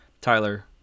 Tyler